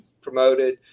promoted